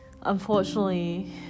unfortunately